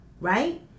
right